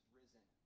risen